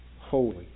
holy